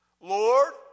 Lord